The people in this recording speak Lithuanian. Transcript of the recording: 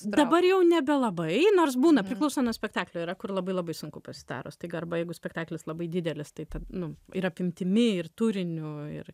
dabar jau nebelabai nors būna priklauso nuo spektaklio yra kur labai labai sunku pasidaro staiga arba jeigu spektaklis labai didelis tai nu ir apimtimi ir turiniu ir